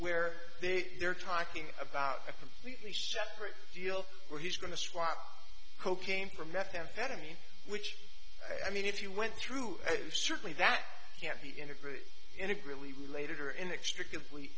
june where they're talking about a completely shattered deal where he's going to squat cocaine for methamphetamine which i mean if you went through certainly that can't be integrated and it really related are inextricably